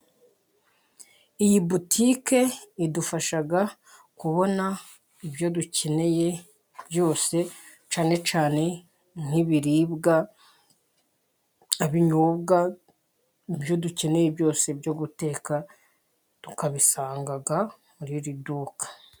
Iyi ni boutique idufasha kubona ibyo dukeneye byose ,cyane cyane nk'ibiribwa ,ibinyobwa. Ibyo dukeneye byose byo guteka tubisanga muri iri duka.